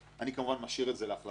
כמובן אני משאיר את זה להחלטת הממשלה.